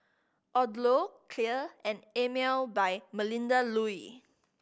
Odlo Clear and Emel by Melinda Looi